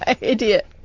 Idiot